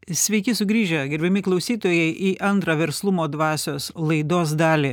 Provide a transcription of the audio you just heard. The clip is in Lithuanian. sveiki sugrįžę gerbiami klausytojai į antrą verslumo dvasios laidos dalį